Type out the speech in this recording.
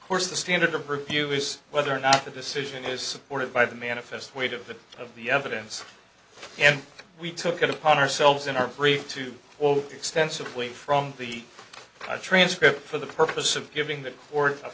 course the standard of review is whether or not the decision is supported by the manifest weight of the of the evidence and we took it upon ourselves in our brief to or extensively from the transcript for the purpose of giving th